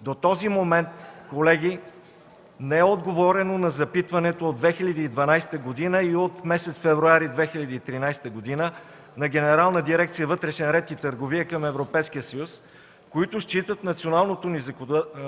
До този момент, колеги, не е отговорено на запитването от 2012 г. и от месец февруари 2013 г. на Генерална дирекция „Вътрешен ред и търговия” към Европейския съюз, които считат националното ни